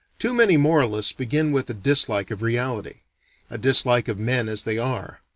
too many moralists begin with a dislike of reality a dislike of men as they are.